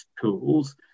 tools